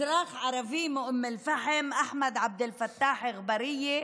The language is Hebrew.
אזרח ערבי מאום אל-פחם, אחמד עבד אל-פתח אלגבריה.